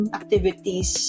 activities